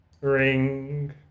Ring